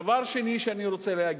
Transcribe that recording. דבר שני שאני רוצה להגיד,